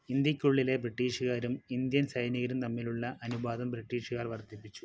ഇന്ത്യയ്ക്കുള്ളിലെ ബ്രിട്ടീഷുകാരും ഇന്ത്യൻ സൈനികരും തമ്മിലുള്ള അനുപാതം ബ്രിട്ടീഷുകാർ വർദ്ധിപ്പിച്ചു